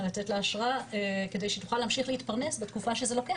לתת לה אשרה כדי שהיא תוכל להמשיך ולהתפרנס בתקופה שזה לוקח,